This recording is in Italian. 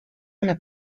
una